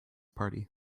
party